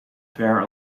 pair